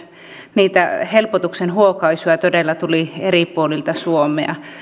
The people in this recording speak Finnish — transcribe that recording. niitä helpotuksen huokaisuja todella tuli eri puolilta suomea